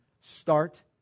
Start